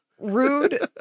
rude